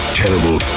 terrible